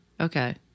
Okay